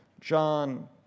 John